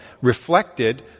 reflected